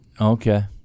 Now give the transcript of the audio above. Okay